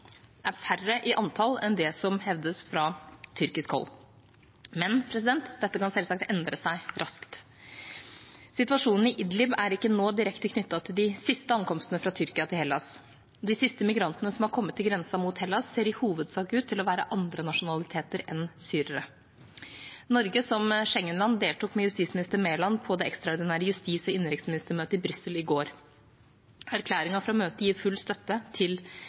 er færre i antall enn det som hevdes fra tyrkisk hold. Men dette kan selvsagt endre seg raskt. Situasjonen i Idlib er ikke nå direkte knyttet til de siste ankomstene fra Tyrkia til Hellas. De siste migrantene som har kommet til grensen mot Hellas, ser i hovedsak ut til å være av andre nasjonaliteter enn syrere. Norge, som Schengen-land, deltok med justisminister Mæland på det ekstraordinære justis- og innenriksministermøtet i Brussel i går. Erklæringen fra møtet gir full støtte til